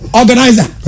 organizer